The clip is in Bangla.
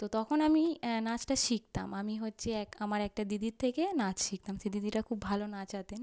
তো তখন আমি নাচটা শিখতাম আমি হচ্ছে এক আমার একটা দিদির থেকে নাচ শিখতাম সেই দিদিটা খুব ভালো নাচাতেন